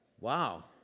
wow